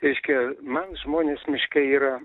reiškia man žmonės miškai yra